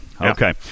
Okay